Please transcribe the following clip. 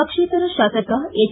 ಪಕ್ಷೇತರ ಶಾಸಕ ಎಚ್